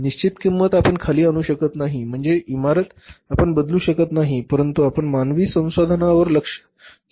निश्चित किंमत आपण खाली आणू शकत नाही म्हणजे इमारत आपण बदलू शकत नाही परंतु आपण मानवी संसाधनांवर लक्ष केंद्रित करू शकतो